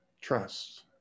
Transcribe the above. Trust